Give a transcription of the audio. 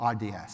RDS